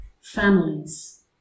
families